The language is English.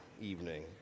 evening